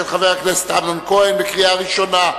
מי נמנע?